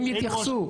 הם יתייחסו.